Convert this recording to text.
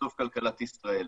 ובסוף כלכלת ישראל.